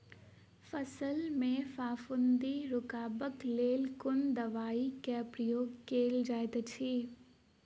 फसल मे फफूंदी रुकबाक लेल कुन दवाई केँ प्रयोग कैल जाइत अछि?